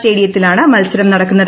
സ്റ്റേഡിയത്തിലാണ് മത്സരം നട്ടക്കുന്നത്